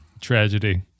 tragedy